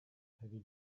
heavy